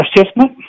assessment